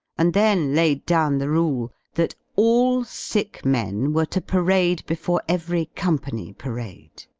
and then laid down the rule that all sick men were to parade before every company parade.